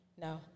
no